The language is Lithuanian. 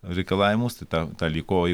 reikalavimus tai ta ta liko o jei